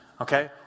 Okay